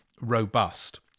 robust